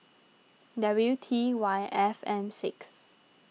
W T Y F M six